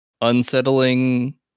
Unsettling